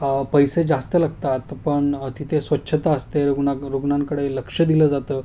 पैसे जास्त लागतात पण तिथे स्वच्छता असते रुग्णा रुग्नांकडे लक्ष दिलं जातं